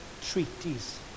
treaties